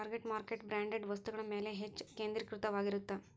target market branded ವಸ್ತುಗಳ ಮ್ಯಾಲೆ ಹೆಚ್ಚ್ ಕೇಂದ್ರೇಕೃತವಾಗಿರತ್ತ